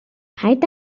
paid